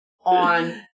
on